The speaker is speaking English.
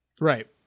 Right